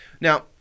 Now